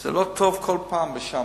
זה לא טוב כל פעם לשם.